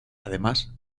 además